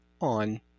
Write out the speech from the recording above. on